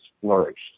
flourished